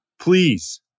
Please